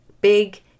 big